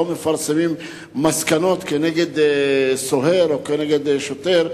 מפרסמים מסקנות כנגד סוהר או כנגד שוטר,